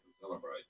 celebrate